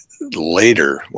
later